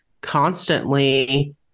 constantly